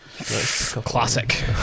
classic